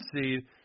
seed